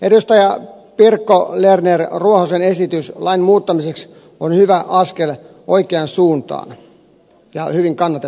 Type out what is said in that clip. edustaja pirkko ruohonen lernerin esitys lain muuttamiseksi on hyvä askel oikeaan suuntaan ja hyvin kannatettava